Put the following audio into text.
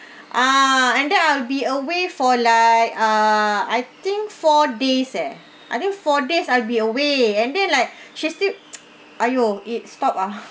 ah and then I'll be away for like uh I think four days eh I think four days eh I'll be away and then like she still !aiyo! it stop ah